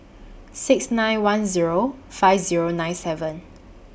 six nine one Zero five Zero nine seven